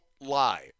lie